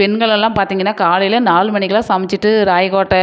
பெண்கள்லெல்லாம் பார்த்திங்கனா காலையில் நாலு மணிக்குலாம் சமைச்சிட்டு ராயக்கோட்டை